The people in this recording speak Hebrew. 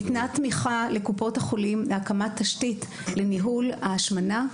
ניתנה תמיכה לקופות החולים להקמת תשתית לניהול ההשמנה,